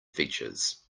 features